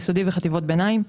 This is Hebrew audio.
יסודי וחטיבות ביניים,